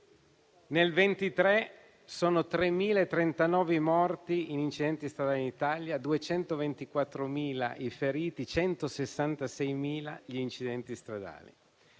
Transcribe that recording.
nel 2023 sono 3.039 i morti in incidenti stradali in Italia, 224.000 i feriti, 166.000 gli incidenti stradali.